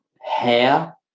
hair